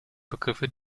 begriffe